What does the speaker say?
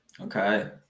Okay